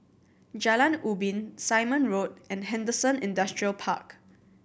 Jalan Ubin Simon Road and Henderson Industrial Park